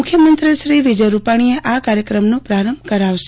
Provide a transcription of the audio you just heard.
મુખ્યમંત્રીશ્રી વિજય રુપાજી આ કાર્યક્રમનો પ્રારંભ કરાવશે